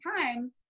time